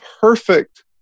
perfect